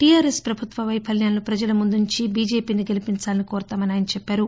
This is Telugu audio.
టిఆర్ఎస్ ప్రభుత్వ వైఫల్యాలను ప్రజలముందుంచి బిజెపిని గెలిపించాలని కోరతామని ఆయన చెప్పారు